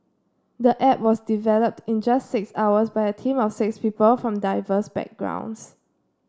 the app was developed in just six hours by a team of six people from diverse backgrounds